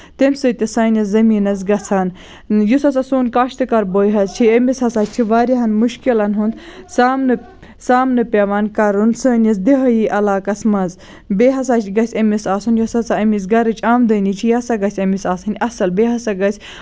تٔمۍ سۭتۍ تہِ سٲنِس زٔمیٖنَس گژھان یُس ہسا سون کاشتہٕ کار بٲے حظ چھِ أمِس ہسا چھ واریاہَن مُشکِلن ہُند سامنہٕ سامنہٕ پیوان کَرُن سٲنِس دِہٲیی علاقس منٛز بیٚیہِ ہسا گژھِ أمِس آسُن یُس ہسا أمِس گرِچ آمدنی چھِ یہِ ہسا گژھِ أمِس آسٕنۍ اَصٕل بیٚیہِ ہسا گژھِ